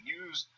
use